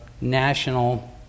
national